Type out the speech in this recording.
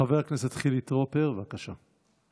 חבר הכנסת חילי טרופר, בבקשה.